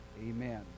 amen